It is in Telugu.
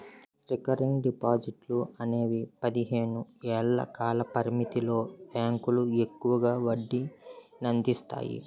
రికరింగ్ డిపాజిట్లు అనేవి పదిహేను ఏళ్ల కాల పరిమితితో బ్యాంకులు ఎక్కువ వడ్డీనందిస్తాయి